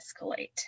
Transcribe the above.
escalate